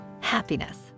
Happiness